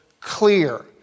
clear